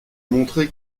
montrait